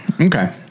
Okay